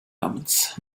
omens